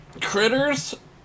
Critters